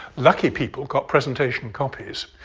lucky people got presentation copies.